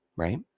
Right